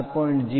5 4